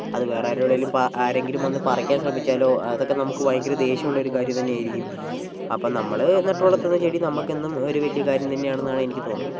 അത് വേറെ ആരോടെലും പ ആരെങ്കിലും വന്ന് പറിക്കാൻ ശ്രേമിച്ചാലോ അതൊക്കെ നമുക്ക് ഭയങ്കര ദേഷ്യമുള്ളൊരു കാര്യംതന്നെയായിരിക്കും അപ്പോൾ നമ്മൾ നട്ടുവളർത്തുന്ന ചെടി നമ്മുക്കെന്നും ഒരു വല്യ കാര്യം തന്നെയാണെന്നാണ് എനിക്ക് തോന്നുന്നത്